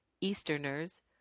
Easterners